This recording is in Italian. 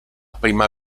prima